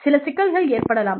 சில சிக்கல்கள் ஏற்படலாம்